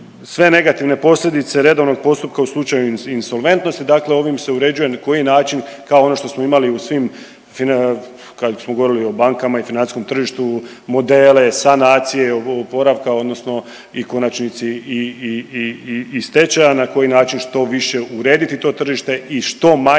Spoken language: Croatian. sve negativne posljedice redovnog postupka u slučaju insolventnosti, dakle ovim se uređuje na koji način, kao ono što smo imali u svim kad smo govorili o bankama i financijskom tržištu, modele, sanacije oporavka odnosno i u konačnici i, i, i, i stečaja na koji način što više urediti to tržište i što manje